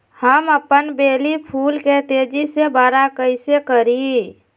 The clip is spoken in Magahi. हम अपन बेली फुल के तेज़ी से बरा कईसे करी?